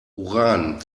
uran